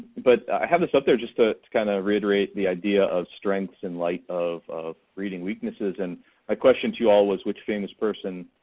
but i have this up there just ah to kind of reiterate the idea of strengths in light of of reading weaknesses. and my question to you all was which famous person